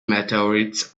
meteorites